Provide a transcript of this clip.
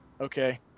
Okay